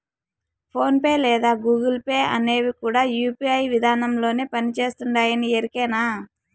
phone pay లేదా Google Pay అనేవి కూడా యూ.పీ.ఐ విదానంలోనే పని చేస్తుండాయని ఎరికేనా